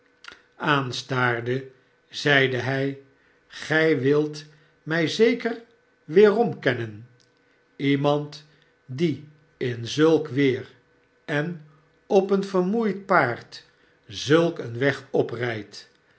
aanstaarde zeide hij sgij wilt mij zeker weerom kennen slemand die in zulk weer en op een vermoeid paard zulk een weg oprijd